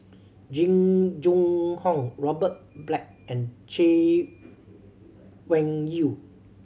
Jing Jun Hong Robert Black and Chay Weng Yew